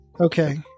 Okay